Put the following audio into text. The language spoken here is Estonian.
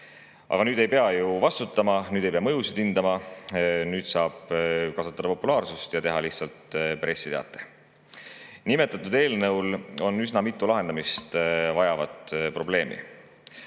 Aga nüüd ei pea ju vastutama, nüüd ei pea mõjusid hindama, nüüd saab kasvatada populaarsust ja teha lihtsalt pressiteate. Nimetatud eelnõu puhul on üsna mitu lahendamist vajavat probleemi.